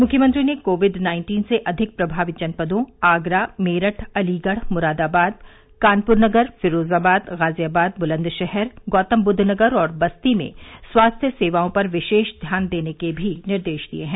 मुख्यमंत्री ने COVID nineteen से अधिक प्रभावित जनपदों आगरा मेरठ अलीगढ़ मुरादाबाद कानपुर नगर फिरोजाबाद गाजियाबाद बुलंदशहर गौतमबुद्वनगर और बस्ती में स्वास्थ्य सेवाओं पर विशेष ध्यान देने के भी निर्देश दिए हैं